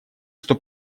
что